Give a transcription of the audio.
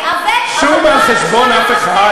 תיאבק, אבל לא על חשבון עם אחר.